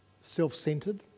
self-centered